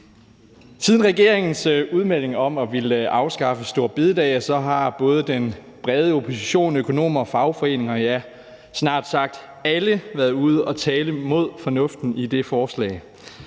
Siden regeringens udmelding om at ville afskaffe store bededag har den brede opposition, økonomer, fagforeninger, ja, snart sagt alle været ude at tale imod fornuften i det forslag.